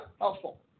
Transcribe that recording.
helpful